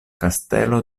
kastelo